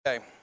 Okay